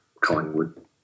Collingwood